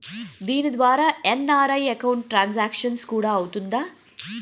దీని ద్వారా NRI account transaction కూడా అవుతుందా?